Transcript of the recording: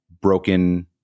broken